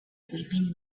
weeping